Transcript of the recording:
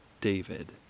David